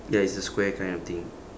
ya it's a square kind of thing